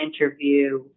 interview